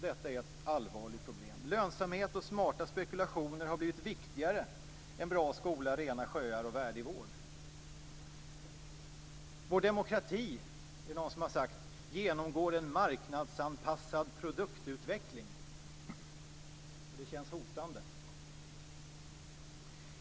Detta är ett allvarligt problem. Lönsamhet och smarta spekulationer har blivit viktigare än en bra skola, rena sjöar och värdig vård. Någon har sagt att vår demokrati genomgår en marknadsanpassad produktutveckling. Det känns hotande.